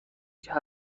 بیوتیک